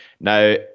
Now